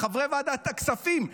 חבריי ועדת הכספים,